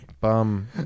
Bum